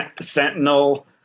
Sentinel